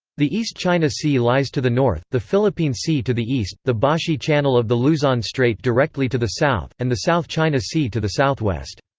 the east china sea lies to the north, the philippine sea to the east, the bashi channel of the luzon strait directly to the south, and the south china sea to the southwest.